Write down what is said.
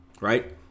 Right